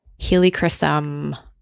helichrysum